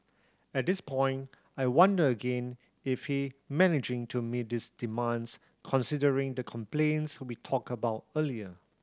at this point I wonder again if he managing to meet these demands considering the complaints we talked about earlier